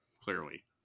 Clearly